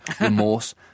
Remorse